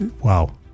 wow